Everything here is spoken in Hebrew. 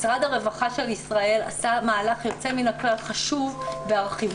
משרד הרווחה של ישראל עשה מהלך יוצא מן הכלל חשוב בהרחיבו